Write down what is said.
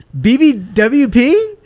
BBWP